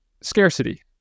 scarcity